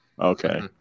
Okay